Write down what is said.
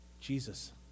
Jesus